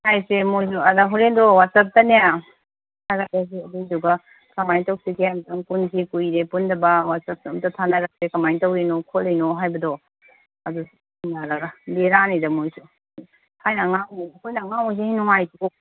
ꯍꯥꯏꯔꯁꯦ ꯃꯣꯏꯁꯨ ꯑꯗ ꯍꯣꯔꯦꯟꯗꯣ ꯋꯥꯆꯞꯇꯅꯦ ꯊꯥꯔꯛꯀꯦ ꯑꯩꯁꯨ ꯑꯗꯨꯏꯗꯨꯒ ꯀꯃꯥꯏ ꯇꯧꯁꯤꯒꯦ ꯑꯝꯇꯪ ꯄꯨꯟꯁꯤ ꯀꯨꯏꯔꯦ ꯄꯨꯟꯗꯕ ꯋꯥꯆꯞꯁꯨ ꯑꯝꯇ ꯊꯥꯅꯔꯛꯇꯦ ꯀꯃꯥꯏ ꯇꯧꯔꯤꯅꯣ ꯈꯣꯠꯂꯤꯅꯣ ꯍꯥꯏꯕꯗꯣ ꯑꯗꯨꯗꯣ ꯕꯦꯔꯥꯅꯤꯗ ꯃꯣꯏꯁꯨ ꯊꯥꯏꯅ ꯑꯉꯥꯡ ꯑꯩꯈꯣꯏꯅ ꯑꯉꯥꯡ ꯑꯣꯏꯔꯤꯉꯩ ꯅꯨꯉꯥꯏꯇ꯭ꯔꯣ